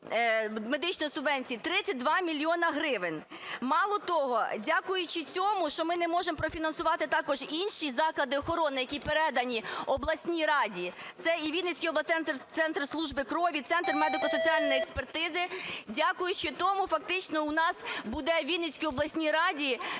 медичної субвенції 32 мільйони гривень. Мало того, дякуючи цьому, що ми не можемо профінансувати також інші заклади охорони, які передані обласній раді, це і Вінницький обласний центр служби крові, Центр медико-соціальної експертизи, дякуючи тому фактично у нас буде у Вінницькій обласній раді